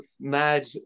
mad